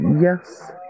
Yes